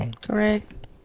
Correct